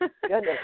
Goodness